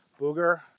booger